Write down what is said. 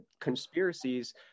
conspiracies